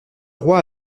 roi